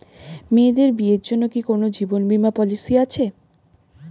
মেয়েদের বিয়ের জন্য কি কোন জীবন বিমা পলিছি আছে?